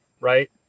right